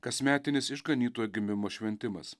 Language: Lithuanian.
kasmetinis išganytojo gimimo šventimas